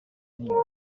n’inyuma